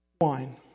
Wine